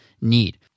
need